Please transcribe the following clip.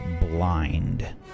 blind